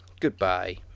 Goodbye